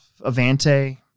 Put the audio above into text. Avante